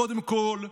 קודם כול,